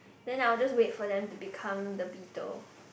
then I will just wait for them to become the beetle